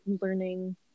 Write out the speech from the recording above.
learning